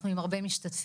אנחנו עם הרבה משתתפים.